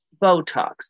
Botox